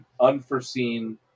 unforeseen